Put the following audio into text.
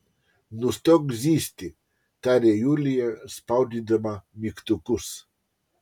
nustok zyzti tarė julija spaudydama mygtukus